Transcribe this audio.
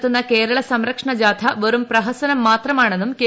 നടത്തുന്ന കേരള സംരക്ഷണ ജാഥ വെറും പ്രഹസനം മാത്രമാണെന്നും കെ